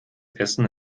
essen